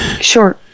Sure